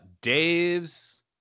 Dave's